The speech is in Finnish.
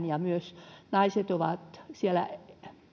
ja naiset ovat siellä myös